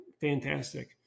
fantastic